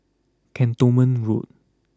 Cantonment Road